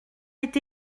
été